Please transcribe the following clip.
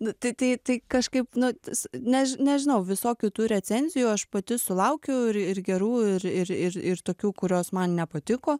nu tai tai tai kažkaip nu tas než nežinau visokių tų recenzijų aš pati sulaukiau ir ir gerų ir ir ir ir tokių kurios man nepatiko